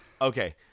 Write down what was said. okay